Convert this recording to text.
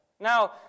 Now